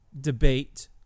debate